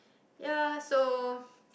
ya so